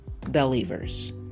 Believers